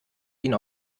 ihnen